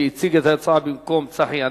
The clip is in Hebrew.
שהציג את ההצעה במקום צחי הנגבי.